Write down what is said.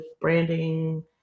branding